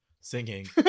singing